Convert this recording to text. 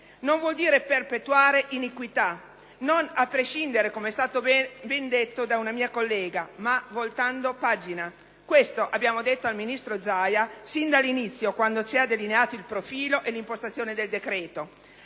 Non vuol dire perpetuare iniquità, non a prescindere, come è stato ben detto da una mia collega, ma voltando pagina. Questo abbiamo detto al ministro Zaia sin dall'inizio, quando ci ha delineato il profilo e l'impostazione del decreto.